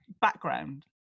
background